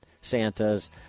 Santas